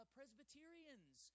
Presbyterians